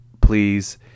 please